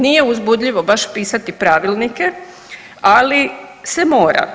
Nije uzbudljivo baš pisati pravilnike, ali se mora.